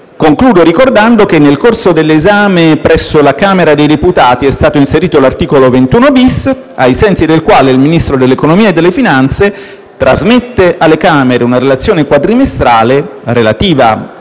Concludo ricordando che nel corso dell'esame presso la Camera dei deputati è stato inserito l'articolo 21-*bis*, ai sensi del quale il Ministro dell'economia e delle finanze trasmette alle Camere una relazione quadrimestrale relativa